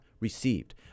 received